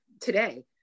today